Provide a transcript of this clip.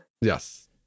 Yes